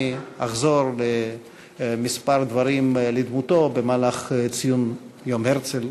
אחזור על כמה קווים לדמותו במהלך ציון יום הרצל.